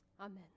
Amen